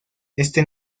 este